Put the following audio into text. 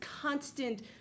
constant